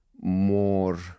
more